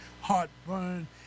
heartburn